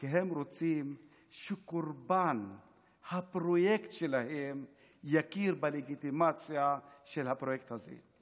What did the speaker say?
כי הם רוצים שקורבן הפרויקט שלהם יכיר בלגיטימציה של הפרויקט הזה.